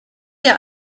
ihr